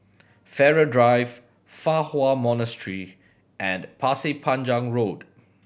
Farrer Drive Fa Hua Monastery and Pasir Panjang Road